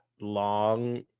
long